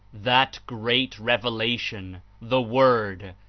that great revelation, the word,